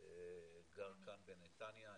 גר כאן בנתניה,